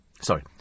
Sorry